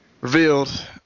revealed